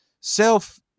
self